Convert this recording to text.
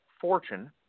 Fortune